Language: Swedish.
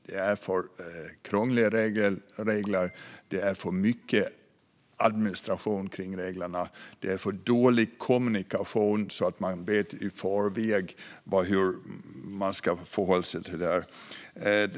Det är för krångliga regler, det är för mycket administration kring reglerna och det är för dålig kommunikation. Man får inte veta i förväg hur man ska förhålla sig till det här.